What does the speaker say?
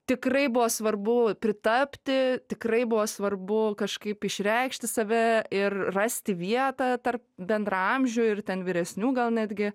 tikrai buvo svarbu pritapti tikrai buvo svarbu kažkaip išreikšti save ir rasti vietą tarp bendraamžių ir ten vyresnių gal netgi